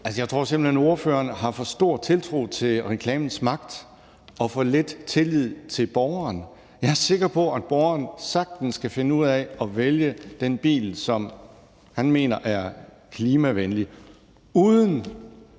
Jeg tror simpelt hen, at ordføreren har for stor tiltro til reklamens magt og for lidt tillid til borgeren. Jeg er sikker på, at borgeren sagtens kan finde ud af at vælge den bil, som han mener er klimavenlig, uden